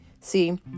See